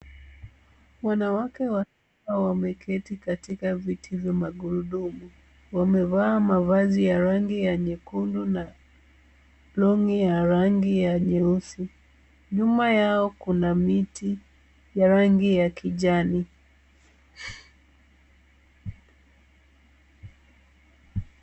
Wanawake ambao wameketi katika viti vya magurudumu. Wamevaa mavazi ya rangi ya nyekundu na longi ya rangi ya nyeusi. Nyuma yao kuna miti ya rangi ya kijani.